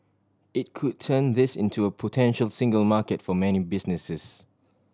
it could turn this into a potential single market for many businesses